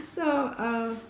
so uh